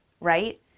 right